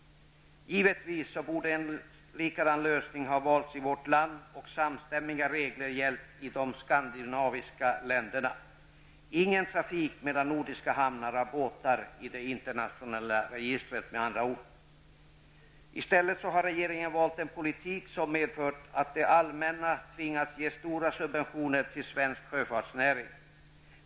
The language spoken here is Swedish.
Givetvis borde en likadan lösning ha valts i vårt land och samstämmiga regler gällt i de skandinaviska länderna. Med andra ord: ingen trafik av båtar i det internationella registret mellan nordiska hamnar. I stället har regeringen valt en politik som medfört att det allmänna tvingats ge stora subventioner till svensk sjöfartsnäring.